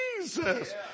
Jesus